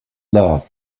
love